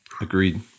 Agreed